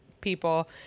people